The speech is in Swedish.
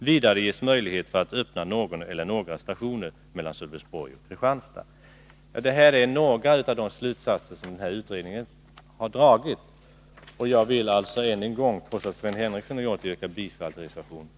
Vidare ges möjlighet för att öppna någon eller några stationer mellan Sölvesborg och Kristianstad.” Det här är några av de slutsatser som den här utredningen har dragit, och jag vill än en gång, trots att Sven Henricsson har gjort det, yrka bifall till reservation 7.